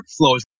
workflows